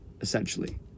essentially